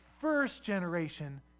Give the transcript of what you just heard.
first-generation